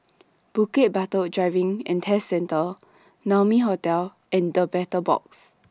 Bukit Batok Driving and Test Centre Naumi Hotel and The Battle Box